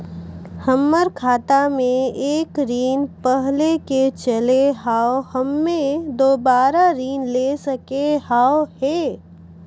हमर खाता मे एक ऋण पहले के चले हाव हम्मे दोबारा ऋण ले सके हाव हे?